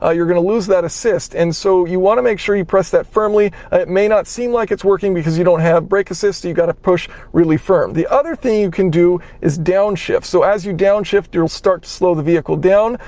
ah you're going to lose that assist. and so, you want to make sure you press that firmly. it may not seem like it's working because you don't have brake assist. you've got to push really firm. the other thing you can do is downshift. so, as you downshift, you'll start to slow the vehicle down,